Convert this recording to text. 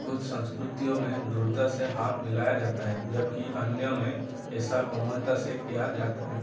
कुछ सँस्कृतियों में दृढ़ता से हाथ मिलाया जाता है जबकि अन्य में ऐसा कोमलता से किया जाता है